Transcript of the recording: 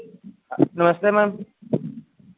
नमस्ते मैम